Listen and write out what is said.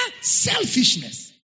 Selfishness